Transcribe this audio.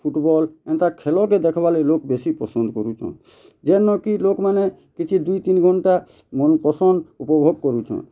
football ଏନ୍ତା ଖେଲ୍ଟେ ଦେଖ୍ ବା ଲାଗି ଲୋକ୍ ବେଶୀ ପସନ୍ଦ କରୁଚଁ ଯେନ୍ କି ଲୋକ୍ ମାନେ କିଛି ଦୁଇ ତିନି ଘଣ୍ଟା ମନ୍ ପସନ୍ଦ ଉପଭୋଗ କରୁଛଁ